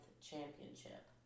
championship